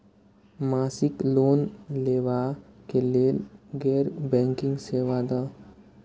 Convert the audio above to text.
मासिक लोन लैवा कै लैल गैर बैंकिंग सेवा द?